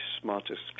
smartest